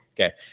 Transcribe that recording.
Okay